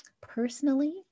personally